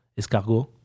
escargot